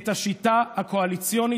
את השיטה הקואליציונית